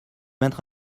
mettre